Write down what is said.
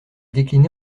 déclinée